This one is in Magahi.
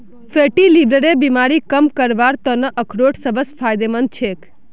फैटी लीवरेर बीमारी कम करवार त न अखरोट सबस फायदेमंद छेक